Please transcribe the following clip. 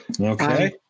Okay